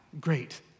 Great